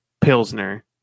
Pilsner